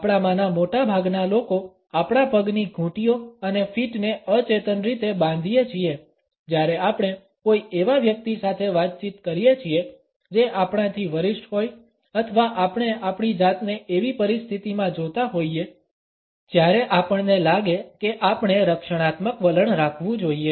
આપણામાંના મોટા ભાગના લોકો આપણા પગની ઘૂંટીઓ અને ફીટને અચેતન રીતે બાંધીએ છીએ જ્યારે આપણે કોઈ એવા વ્યક્તિ સાથે વાતચીત કરીએ છીએ જે આપણાથી વરિષ્ઠ હોય અથવા આપણે આપણી જાતને એવી પરિસ્થિતિમાં જોતા હોઈએ જ્યારે આપણને લાગે કે આપણે રક્ષણાત્મક વલણ રાખવું જોઈએ